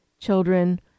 children